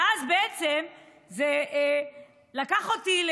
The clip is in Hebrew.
ואז בעצם זה לקח אותי,